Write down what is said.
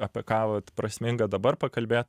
apie ką vat prasminga dabar pakalbėt